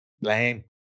Lame